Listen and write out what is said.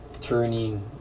turning